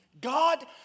God